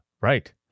right